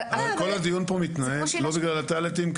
כל הדיון פה מתנהל לא בגלל הטאלנטים.